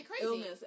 illness